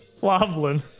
Wobbling